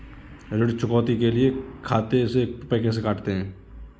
ऋण चुकौती के लिए खाते से रुपये कैसे कटते हैं?